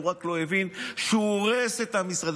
הוא רק לא הבין שהוא הורס את עם ישראל.